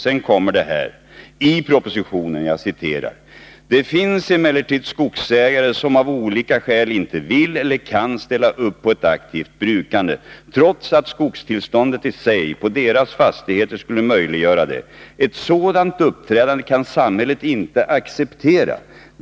Sedan kommer detta stycke i propositionen: ”Det finns emellertid skogsägare som av olika skäl inte vill eller kan ställa upp på ett aktivt brukande trots att skogstillståndet i sig på deras fastigheter skulle möjliggöra det. Ett sådant uppträdande kan samhället inte acceptera.